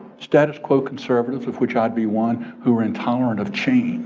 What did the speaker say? status quo conservatives of which i'd be one who are intolerant of change